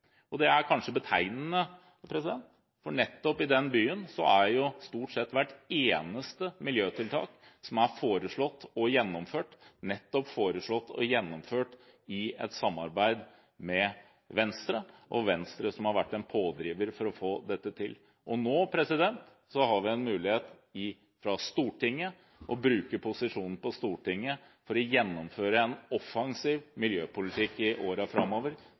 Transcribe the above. kveld. Det er kanskje betegnende, for nettopp i den byen er jo stort sett hvert eneste miljøtiltak som er foreslått og gjennomført, nettopp foreslått og gjennomført i et samarbeid med Venstre, og det har vært Venstre som har vært en pådriver for å få dette til. Nå har vi en mulighet til å bruke posisjonen vår på Stortinget for å gjennomføre en offensiv miljøpolitikk i årene framover.